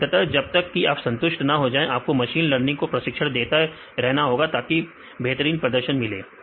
और अंततः जब तक कि आप संतुष्ट ना हो जाए आपको मशीन लर्निंग को प्रशिक्षण देना होगा ताकि बेहतरीन प्रदर्शन मिल सके